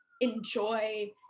enjoy